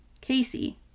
casey